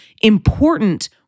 important